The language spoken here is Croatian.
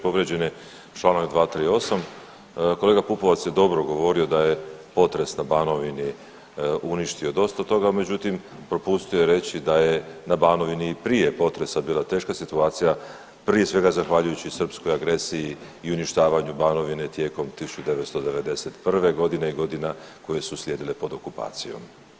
Povrijeđen je Članak 238., kolega Pupovac je dobro govorio da je potres na Banovini uništio dosta toga, međutim propustio je reći da je na Banovini i prije potresa bila teška situacija, prije svega zahvaljujući srpskoj agresiji i uništavanju Banovine tijekom 1991. godine i godina koje su slijedile pod okupacijom.